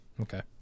Okay